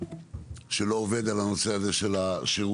שלא עובד על שירות,